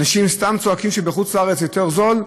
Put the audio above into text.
אנשים סתם צועקים שבחוץ-לארץ יותר זול?